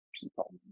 people